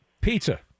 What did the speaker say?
Pizza